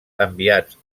enviats